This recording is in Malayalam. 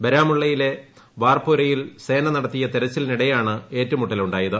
ബരാമുള്ളയിലെ വാർപോരയിൽ സേന നടത്തിയ തെരച്ചിലിനിടെയാണ് ഏറ്റുമുട്ടൽ ഉ ായത്